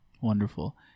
Wonderful